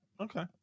Okay